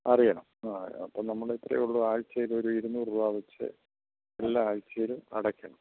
അറിയണം ആ അപ്പം നമ്മളിത്രയേയുള്ളു ആഴ്ച്ചയിലൊരു ഇരുന്നൂറ് രൂപ വെച്ച് എല്ലാ ആഴ്ച്ചയിലും അടയ്ക്കണം